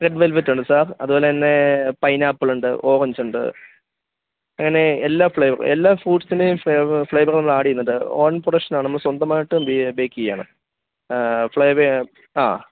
red വെൽവെറ്റുണ്ട് sir അതുപോലെ തന്നെ പൈനാപ്പിളുണ്ട് ഓറഞ്ചുണ്ട് അങ്ങനെ എല്ലാ ഫ്ളേവറും എല്ലാ ഫ്രൂട്സ്ൻ്റെയും ഫ്ളേവര് നമ്മൾ ആഡ് ചെയ്യുന്നുണ്ട് ഓൺ പ്രൊഡക്ഷനാണ് നമ്മള് സ്വന്തമായിട്ട് ബേക്കെയ്യാണ് ആ